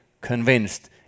convinced